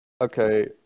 Okay